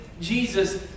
Jesus